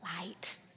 Light